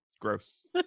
Gross